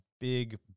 big